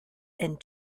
and